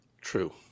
True